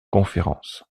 conférence